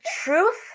truth